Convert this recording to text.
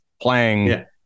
playing